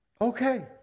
okay